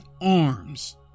arms